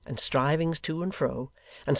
and strivings to and fro,